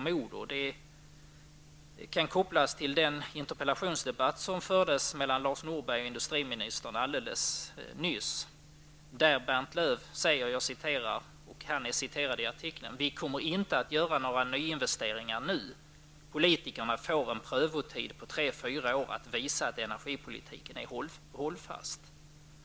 Uttalandet kan kopplas till den interpellationsdebatt som fört mellan Lars Norberg och industriministern här i kammaren i dag. Bernt Löf säger att vi kommer inte att göra några nya investeringar nu. Politikerna får en prövotid på tre fyra år att visa att energipolitiken är hållfast.